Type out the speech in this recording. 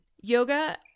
yoga